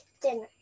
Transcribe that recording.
dinner